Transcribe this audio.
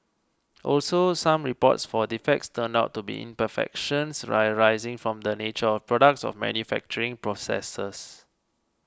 also some reports for defects turned out to be imperfections arising from the nature of the products or manufacturing processes